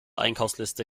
einkaufsliste